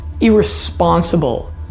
irresponsible